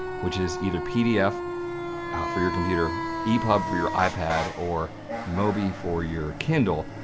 which is either pdf for your computer, epub for your ipad, or mobi for your kindle,